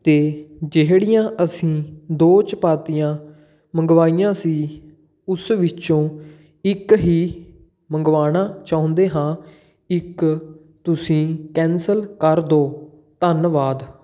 ਅਤੇ ਜਿਹੜੀਆਂ ਅਸੀਂ ਦੋ ਚਪਾਤੀਆਂ ਮੰਗਵਾਈਆਂ ਸੀ ਉਸ ਵਿੱਚੋਂ ਇੱਕ ਹੀ ਮੰਗਵਾਉਣਾ ਚਾਹੁੰਦੇ ਹਾਂ ਇੱਕ ਤੁਸੀਂ ਕੈਂਸਲ ਕਰ ਦਿਓ ਧੰਨਵਾਦ